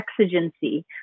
exigency